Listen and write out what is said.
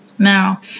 Now